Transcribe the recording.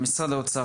משרד האוצר,